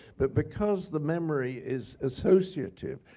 but because the memory is associative,